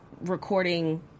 recording